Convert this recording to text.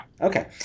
Okay